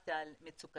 ושמעתי על מצוקתם,